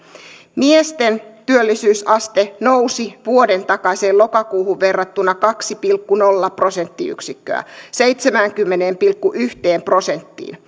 miesten työllisyysaste nousi vuodentakaiseen lokakuuhun verrattuna kaksi pilkku nolla prosenttiyksikköä seitsemäänkymmeneen pilkku yhteen prosenttiin